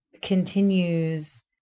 continues